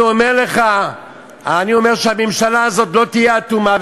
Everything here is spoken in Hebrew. אני אומר שהממשלה הזאת לא תהיה אטומה,